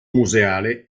museale